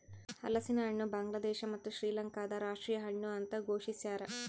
ಹಲಸಿನಹಣ್ಣು ಬಾಂಗ್ಲಾದೇಶ ಮತ್ತು ಶ್ರೀಲಂಕಾದ ರಾಷ್ಟೀಯ ಹಣ್ಣು ಅಂತ ಘೋಷಿಸ್ಯಾರ